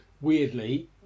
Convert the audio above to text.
weirdly